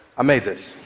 i made this.